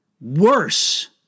worse